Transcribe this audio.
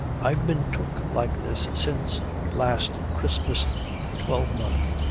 i've been took like this since last christmas twelvemonth.